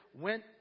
went